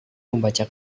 membaca